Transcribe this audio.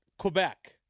Quebec